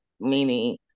meaning